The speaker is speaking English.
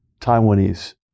Taiwanese